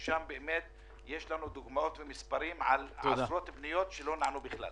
כי שם יש עשרות פניות שלא נענו בכלל.